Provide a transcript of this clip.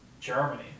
Germany